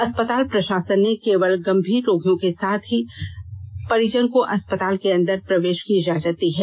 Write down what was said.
अस्पताल प्रशासन ने केवल गंभीर रोगियों के साथ ही परिजन को अस्पताल के अंदर प्रवेश की इजाजत दी है